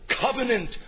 covenant